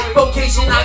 vocation